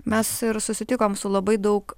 mes susitikom su labai daug